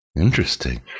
Interesting